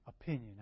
opinion